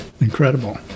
incredible